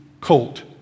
colt